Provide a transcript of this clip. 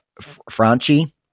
Franchi